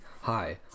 hi